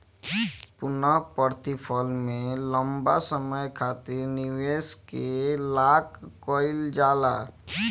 पूर्णप्रतिफल में लंबा समय खातिर निवेश के लाक कईल जाला